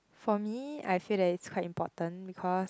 for me I feel that it's quite important because